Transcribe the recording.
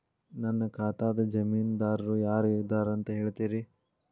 ನನ್ನ ಖಾತಾದ್ದ ಜಾಮೇನದಾರು ಯಾರ ಇದಾರಂತ್ ಹೇಳ್ತೇರಿ?